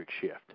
shift